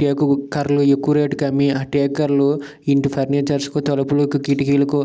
టేకు కర్రలు ఎక్కువ రేటుకి అమ్మి ఆ టేక్ కర్రలు ఇంటి ఫర్నిచర్స్కు తలుపులు కిటికీలకు